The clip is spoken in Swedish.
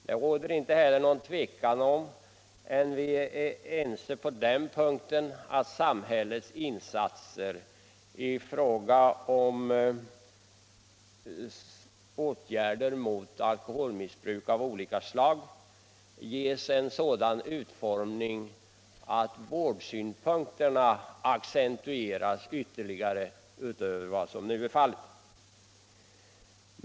Det råder inte heller någon tvekan om att vi är ense om att samhällets åtgärder mot alkoholmissbruk av olika slag bör ges en sådan utformning att vårdsynpunkterna accentueras mer än vad som är fallet.